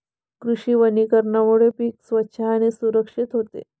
कृषी वनीकरणामुळे पीक स्वच्छ आणि सुरक्षित होते